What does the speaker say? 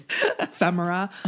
ephemera